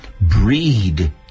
breed